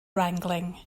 wrangling